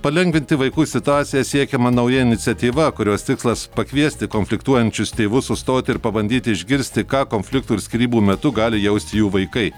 palengvinti vaikų situaciją siekiama nauja iniciatyva kurios tikslas pakviesti konfliktuojančius tėvus sustoti ir pabandyti išgirsti ką konfliktų ir skyrybų metu gali jausti jų vaikai